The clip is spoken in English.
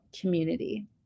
community